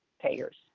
payers